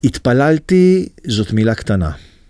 התפללתי זאת מילה קטנה.